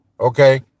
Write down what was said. Okay